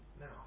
Now